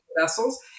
vessels